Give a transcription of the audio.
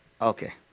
Okay